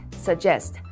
suggest